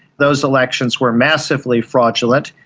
those elections were massively fraudulent.